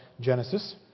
genesis